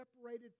separated